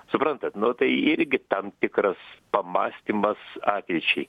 suprantat nu tai irgi tam tikras pamąstymas ateičiai